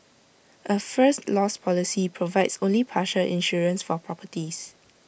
A first loss policy provides only partial insurance for properties